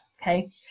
Okay